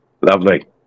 lovely